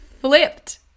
flipped